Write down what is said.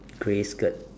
grey skirt